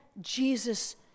Jesus